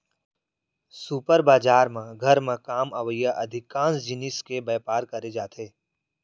super बजार म घर म काम अवइया अधिकांस जिनिस के बयपार करे जाथे